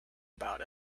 about